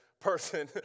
person